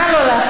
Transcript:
נא לא להפריע.